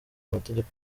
amategeko